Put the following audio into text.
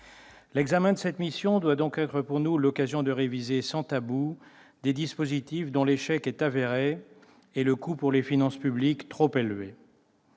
crédits de cette mission doit donc être pour nous l'occasion de réviser, sans tabou, des dispositifs dont l'échec est avéré et dont le coût pour les finances publiques est trop élevé.